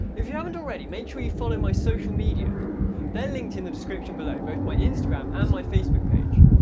if you haven't already, make sure you follow my social media they're linked in the description below both my instagram and my facebook page.